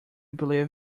believe